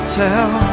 tell